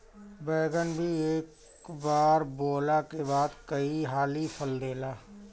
बैगन भी एक बार बोअला के बाद कई हाली फल देला